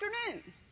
afternoon